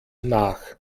nach